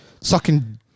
sucking